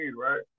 right